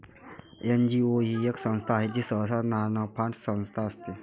NGO ही एक संस्था आहे जी सहसा नानफा संस्था असते